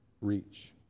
reach